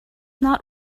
not